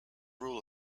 rule